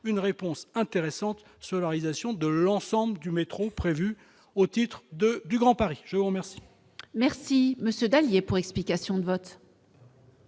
une réponse intéressante sur la réalisation de l'ensemble du métro prévu au titre du Grand Paris. La parole est à M. Philippe Dallier, pour explication de vote.